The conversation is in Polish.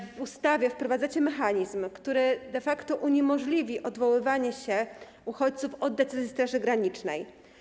W ustawie wprowadzacie mechanizm, który de facto uniemożliwi odwoływanie się uchodźców od decyzji Straży Granicznej.